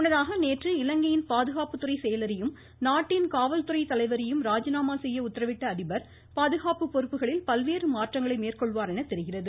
முன்னதாக நேற்று இலங்கையின் பாதுகாப்பு துறை செயலரையும் நாட்டின் காவல்துறை தலைவரையும் ராஜினாமா செய்ய உத்தரவிட்ட அதிபர் பாதுகாப்பு பொறுப்புகளில் பல்வேறு மாற்றங்களை மேற்கொள்வார் என தெரிகிறது